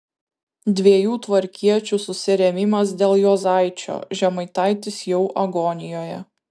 dviejų tvarkiečių susirėmimas dėl juozaičio žemaitaitis jau agonijoje